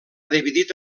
dividit